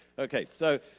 okay. so